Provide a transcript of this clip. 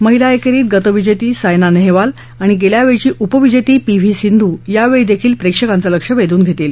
महिला एकेरीत गतविजेती सायना नेहवाल आणि गेल्या वेळची उपविजेती पी व्ही सिंधू यावेळीही प्रेक्षकांच लक्ष वेधून घेतील